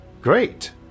Great